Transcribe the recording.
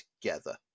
together